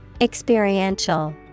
Experiential